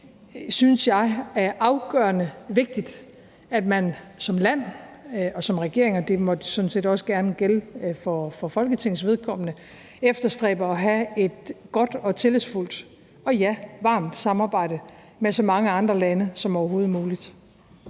jo, synes jeg, afgørende vigtigt, at man som land og som regering – og det måtte sådan set også gerne gælde for Folketingets vedkommende – efterstræber at have et godt, tillidsfuldt og, ja, varmt samarbejde med så mange lande som overhovedet muligt.